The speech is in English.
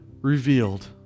revealed